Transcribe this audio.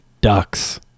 Ducks